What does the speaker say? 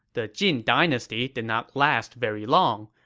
the jin dynasty did not last very long,